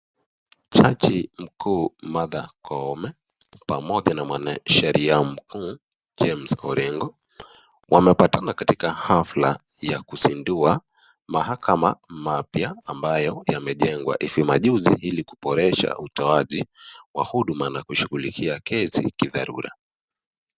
Jaji mkuu Martha Koome pamoja na mwanasheria mkuu James Orengo, wamepatana katika hafla ya kuzindua mahakama mapya ambayo yamejengwa hivi majuzi ili kuboresha utoaji wa huduma na kushughulikia kesi kidharura.